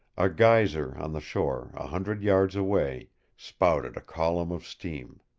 a geyser, on the shore, a hundred yards away spouted a column of steam.